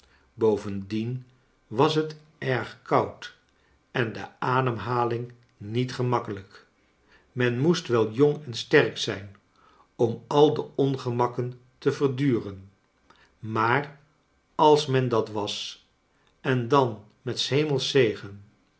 hovendien was het erg koud en de ademhaling niet gemakkelijk men moest wel jong cu sterk zijn om al de ongemakken te verduren maar als men dat was en dan met